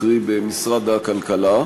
קרי במשרד הכלכלה,